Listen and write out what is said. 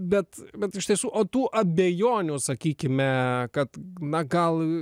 bet bet iš tiesų o tų abejonių sakykime kad na gal